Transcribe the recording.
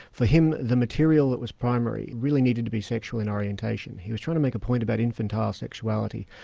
for him the material that was primary really needed to be sexual in orientation. he was trying to make a point about infantile sexuality,